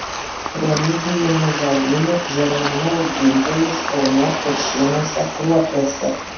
remigijumi žaliūnu želmenų augintojais kaune kuršėnuose kruopiuose